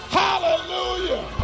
hallelujah